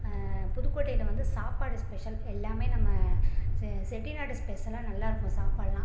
புதுக்கோட்டையில் வந்து சாப்பாடு ஸ்பெஷல் எல்லாமே நம்ம செ செட்டிநாடு ஸ்பெஷலா நல்லா இருக்கும் சாப்பாடுலாம்